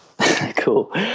Cool